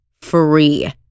free